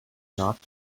not